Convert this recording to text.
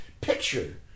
Picture